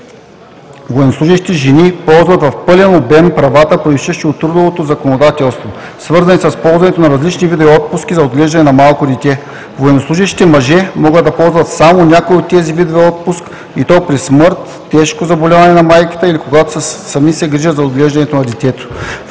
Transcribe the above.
военнослужещите жени ползват в пълен обем правата, произтичащи от общото трудово законодателство, свързани с ползването на различни видове отпуски за отглеждане на малко дете. Военнослужещите мъже могат да ползват само някои от тези видове отпуск и то при смърт, тежко заболяване на майката или когато сами се грижат за отглеждане на детето.